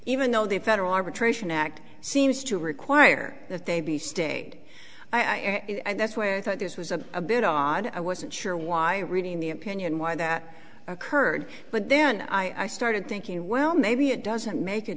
even though the federal arbitration act seems to require that they be state i and that's why i thought this was a bit odd i wasn't sure why reading the opinion why that occurred but then i started thinking well maybe it doesn't make a